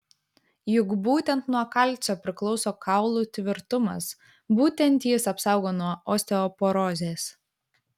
juk būtent nuo kalcio priklauso kaulų tvirtumas būtent jis apsaugo nuo osteoporozės